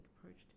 approached